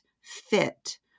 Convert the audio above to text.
fit